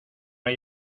hay